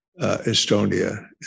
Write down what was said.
Estonia